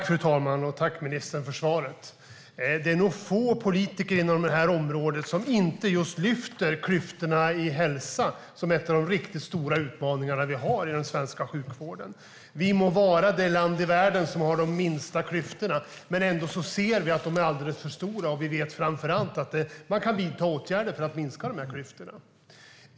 Fru talman! Tack, ministern, för svaret! Det är nog få politiker som inte lyfter fram klyftorna inom området hälsa som en av de riktigt stora utmaningarna i den svenska sjukvården. Sverige må vara det land i världen som har de minsta klyftorna, men ändå ser vi att de är alldeles för stora och framför allt vet vi att det går att vidta åtgärder för att minska klyftorna.